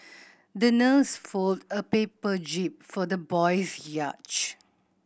the nurse folded a paper jib for the little boy's yacht